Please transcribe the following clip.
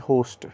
host